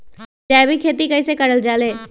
जैविक खेती कई से करल जाले?